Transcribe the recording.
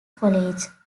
college